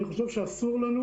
אני חושב שאסור לנו,